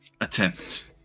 attempt